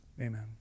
amen